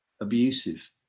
abusive